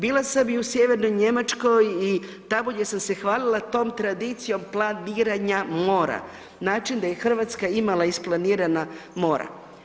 Bila sam i u sjevernoj Njemačkoj i tamo gdje sam se hvalila tom tradicijom planiranja mora, znači da je Hrvatska imala isplanirala mora.